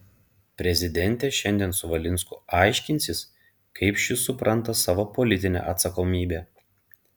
prezidentė šiandien su valinsku aiškinsis kaip šis supranta savo politinę atsakomybę